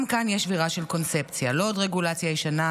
גם כאן יש שבירה של קונספציה: לא עוד רגולציה ישנה,